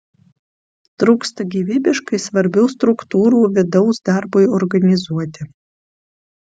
trūksta gyvybiškai svarbių struktūrų vidaus darbui organizuoti